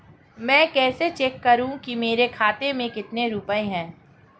मैं कैसे चेक करूं कि मेरे खाते में कितने रुपए हैं?